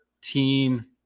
team